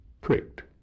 pricked